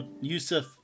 Yusuf